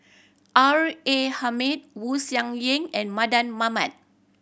R A Hamid Wu Yen and Mardan Mamat